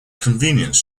convenience